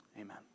Amen